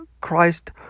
Christ